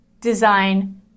design